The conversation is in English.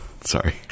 Sorry